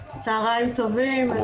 צהריים טובים.